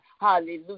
hallelujah